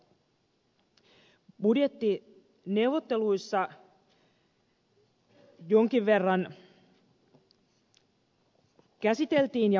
budjettineuvotteluissa jonkin verran käsiteltiin ja muutettiin asioita